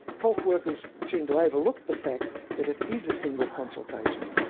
health workers seemed to overlook the fact that it is a single consultation,